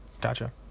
Gotcha